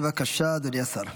בבקשה, אדוני השר.